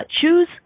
choose